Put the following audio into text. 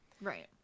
Right